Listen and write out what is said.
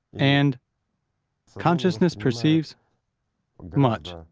and consciousness perceives much,